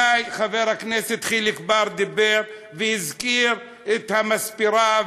חבר הכנסת חיליק בר דיבר לפני והזכיר את המספרה,